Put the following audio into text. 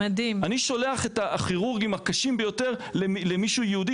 אני שולח את הכירורגים הקשים ביותר למישהו ייעודי